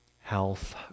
health